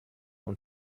und